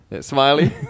Smiley